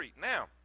Now